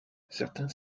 certains